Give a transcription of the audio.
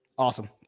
awesome